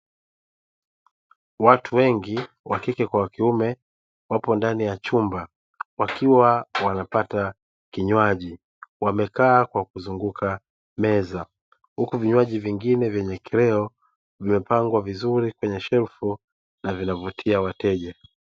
Watu wengi wakike kwa wakiume wapo ndani ya chumba wakiwa wanapata kinywaji wamekaa Kwa kuzunguka meza huku vinywaji vingine vyenye kileo vimepangwa vizuri kwenye shelfu na vina vutia wateja.